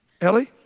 Ellie